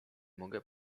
mogę